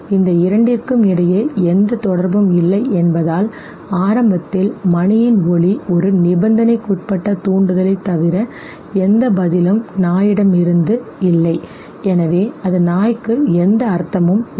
இந்த இரண்டிற்கும் இடையே எந்த தொடர்பும் இல்லை என்பதால் ஆரம்பத்தில் மணியின் ஒலி ஒரு நிபந்தனைக்குட்பட்ட தூண்டுதலைத் தவிர எந்த பதிலும் நாயிடமிருந்து இல்லை எனவே அது நாய்க்கு எந்த அர்த்தமும் இல்லை